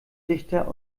dichter